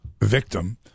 victim